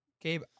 Gabe